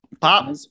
pop